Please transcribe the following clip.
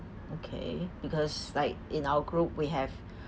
okay because like in our group we have